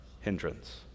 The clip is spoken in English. hindrance